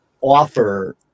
offer